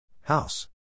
House